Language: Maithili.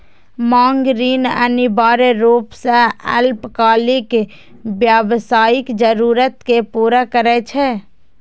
मांग ऋण अनिवार्य रूप सं अल्पकालिक व्यावसायिक जरूरत कें पूरा करै छै